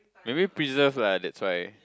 maybe preserved lah that's why